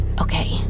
Okay